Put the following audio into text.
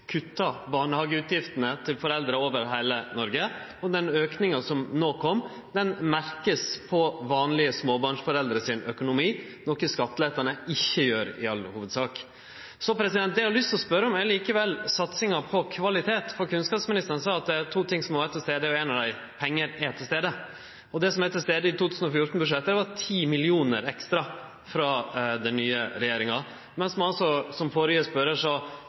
kutta barnehageutgiftene til foreldre over heile Noreg, og den auka som no kom, merker vanlege småbarnsforeldre på økonomien – noko skattelettane ikkje gjer, i all hovudsak. Det eg har lyst til å spørje om, er likevel satsinga på kvalitet. Kunnskapsministeren sa at det er to ting som må vere til stades, og éin av dei er pengar. Det som var til stades i 2014-budsjettet, var 10 mill. kr ekstra frå den nye regjeringa, mens ein altså – som